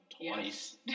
twice